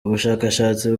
ubushakashatsi